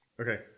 Okay